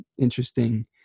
interesting